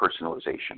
personalization